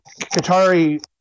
Qatari